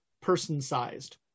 person-sized